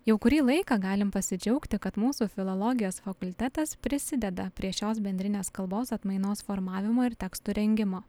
jau kurį laiką galim pasidžiaugti kad mūsų filologijos fakultetas prisideda prie šios bendrinės kalbos atmainos formavimo ir tekstų rengimo